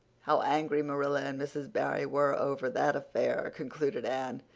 how angry marilla and mrs. barry were over that affair, concluded anne,